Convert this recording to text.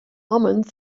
omens